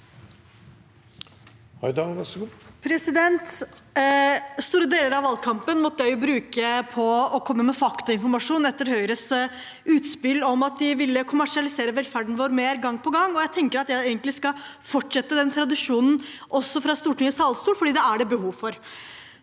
Store deler av valgkam- pen måtte vi bruke på å komme med faktainformasjon etter Høyres utspill om at de ville kommersialisere velferden vår mer, gang på gang. Jeg tenker at jeg skal fortsette den tradisjonen også fra Stortingets talerstol, for det er det behov for.